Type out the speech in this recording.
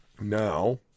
now